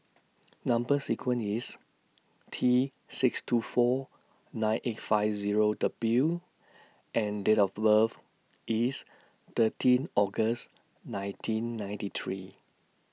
Number sequence IS T six two four nine eight five Zero W and Date of birth IS thirteen August nineteen ninety three